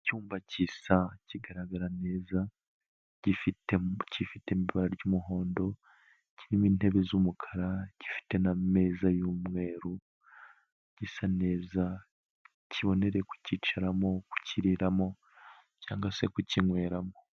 Icyumba kiza kigaragara neza, gifite ibara ry'umuhondo, kirimo intebe z'umukara, gifite n' ameza y'umweru, gisa neza, kiboneye kucyicaramo, ku kiriramo, cyangwa se kukinyweramo.